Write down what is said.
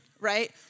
Right